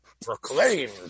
proclaimed